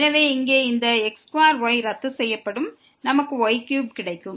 எனவே இங்கே இந்த x2y ரத்து செய்யப்படும் நமக்கு y3 கிடைக்கும்